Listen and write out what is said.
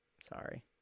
Sorry